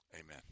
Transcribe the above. Amen